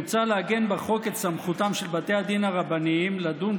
מוצע לעגן בחוק את סמכותם של בתי הדין הרבניים לדון,